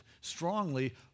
strongly